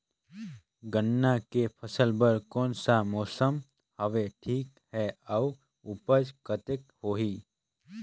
गन्ना के फसल बर कोन सा मौसम हवे ठीक हे अउर ऊपज कतेक होही?